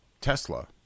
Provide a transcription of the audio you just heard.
Tesla